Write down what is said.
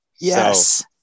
Yes